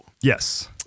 Yes